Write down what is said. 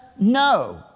No